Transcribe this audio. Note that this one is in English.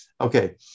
Okay